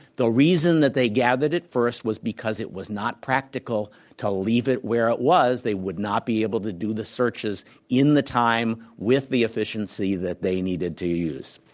the reason that they gathered it first was because it was not practical to leave it where it was. they would not be able to do the searches in the time with the efficiency that they needed to use.